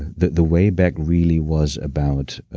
the the way back really was about